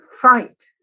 fright